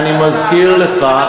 אני מזכיר לך,